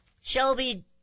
Shelby